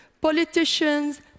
politicians